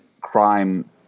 crime